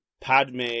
Padme